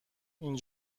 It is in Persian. این